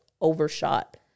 overshot